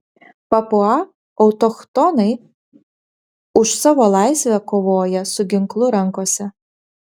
papua autochtonai už savo laisvę kovoja su ginklu rankose